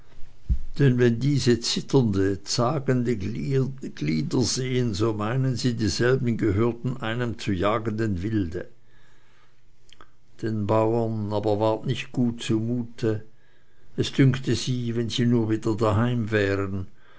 wenn diese zitternde zagende glieder sehen so meinen sie dieselben gehören einem zu jagenden wilde den bauern aber ward nicht gut zumute es dünkte sie wenn sie nur wieder daheim wären